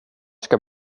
ska